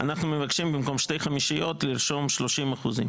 אנחנו מבקשים במקום 2/5 לרשום שלושים אחוזים.